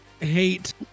hate